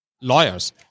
lawyers